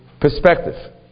perspective